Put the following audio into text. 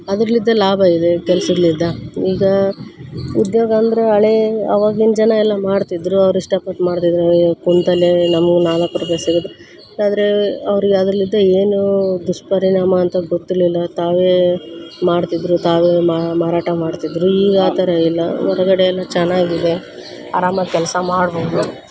ಅದ್ರಲ್ಲಿದ್ದ ಲಾಭ ಇದೆ ಕೆಲ್ಸದ್ಲಿದ್ದ ಈಗ ಉದ್ಯೋಗ ಅಂದರೆ ಹಳೆ ಆವಾಗಿನ ಜನ ಎಲ್ಲ ಮಾಡ್ತಿದ್ದರು ಅವ್ರು ಇಷ್ಟಪಟ್ಟು ಮಾಡ್ತಿದ್ದರು ಕುಂತಲ್ಲೇ ನಮ್ಗೆ ನಾಲ್ಕು ರೂಪಾಯಿ ಸಿಗತ್ತೆ ಆದರೆ ಅವ್ರಿಗೆ ಅದ್ರಲ್ಲಿದ್ದ ಏನು ದುಷ್ಪರಿಣಾಮ ಅಂತ ಗೊತ್ತಿರಲಿಲ್ಲ ತಾವೇ ಮಾಡ್ತಿದ್ದರು ತಾವೇ ಮಾರಾಟ ಮಾಡ್ತಿದ್ದರು ಈಗ ಆ ಥರ ಇಲ್ಲ ಹೊರ್ಗಡೆ ಎಲ್ಲ ಚೆನ್ನಾಗಿದೆ ಆರಾಮಾಗಿ ಕೆಲಸ ಮಾಡ್ಬೌದು